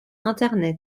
internet